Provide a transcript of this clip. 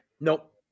Nope